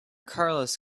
carlos